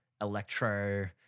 electro